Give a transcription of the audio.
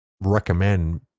recommend